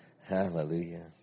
Hallelujah